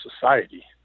society